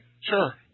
Sure